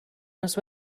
nos